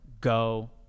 go